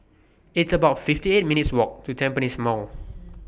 It's about fifty eight minutes Walk to Tampines Mall